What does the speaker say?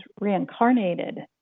reincarnated